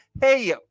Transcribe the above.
hey